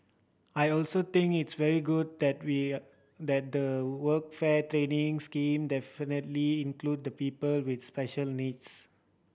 I also think it's very good that that the workfare training scheme definitively include people with special needs